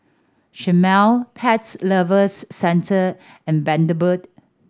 Chomel Pets Lovers Centre and Bundaberg